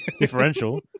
differential